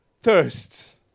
thirsts